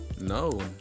No